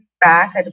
back